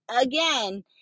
Again